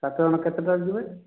ସାତ ଜଣ କେତେଟାରେ ଯିବେ